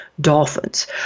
dolphins